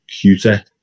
cuter